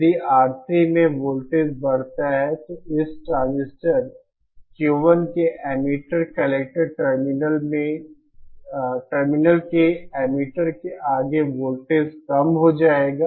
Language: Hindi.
यदि R3 में वोल्टेज बढ़ता है तो इस ट्रांजिस्टर Q1 के लिए एमिटर कलेक्टर टर्मिनल के एमिटर के आगे वोल्टेज कम हो जाएगा